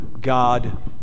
God